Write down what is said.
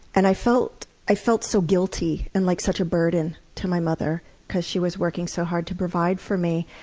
and i felt i felt so guilty, and like such a burden to my mother because she was working so hard to provide for me,